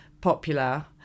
popular